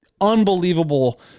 unbelievable